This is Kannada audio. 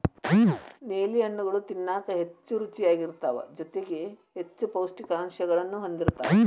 ನೇಲಿ ಹಣ್ಣುಗಳು ತಿನ್ನಾಕ ಹೆಚ್ಚು ರುಚಿಯಾಗಿರ್ತಾವ ಜೊತೆಗಿ ಹೆಚ್ಚು ಪೌಷ್ಠಿಕಾಂಶಗಳನ್ನೂ ಹೊಂದಿರ್ತಾವ